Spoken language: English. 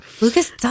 Lucas